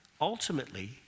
Ultimately